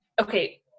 okay